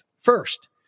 first